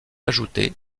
ajouté